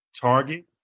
Target